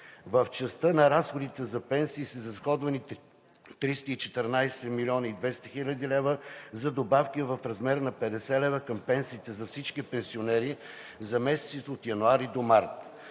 В частта на разходите за пенсии са изразходвани 314 млн. 200 хил. лв. за добавки в размер на 50 лв. към пенсиите за всички пенсионери за месеците от януари до март.